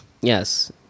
Yes